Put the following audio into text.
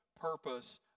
purpose